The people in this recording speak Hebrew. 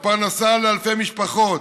ופרנסה לאלפי משפחות,